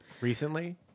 Recently